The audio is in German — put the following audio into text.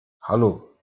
hallo